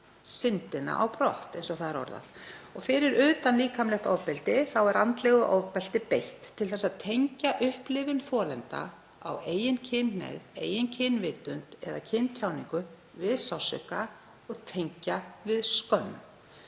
syndina á brott, eins og það er orðað. Fyrir utan líkamlegt ofbeldi er andlegu ofbeldi beitt til að tengja upplifun þolenda á eigin kynhneigð, eigin kynvitund eða kyntjáningu við sársauka og tengja við skömm.